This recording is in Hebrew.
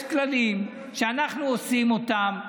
יש כללים, אנחנו עושים אותם.